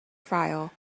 file